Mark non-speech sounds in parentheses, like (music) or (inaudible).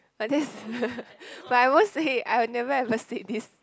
like this (laughs) but I would say I never ever said this